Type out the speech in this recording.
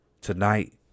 Tonight